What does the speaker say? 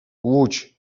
łódź